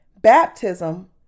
baptism